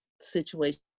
situation